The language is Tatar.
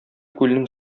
күлнең